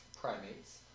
primates